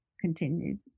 continued